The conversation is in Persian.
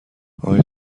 آقای